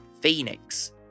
Phoenix